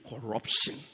corruption